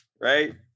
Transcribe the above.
right